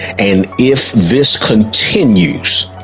and if this continues,